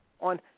on